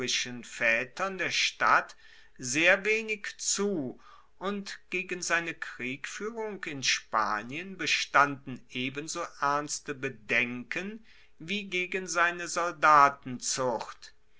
vaetern der stadt sehr wenig zu und gegen seine kriegfuehrung in spanien bestanden ebenso ernste bedenken wie gegen seine